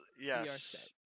yes